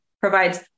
provides